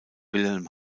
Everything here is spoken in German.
wilhelm